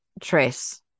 Trace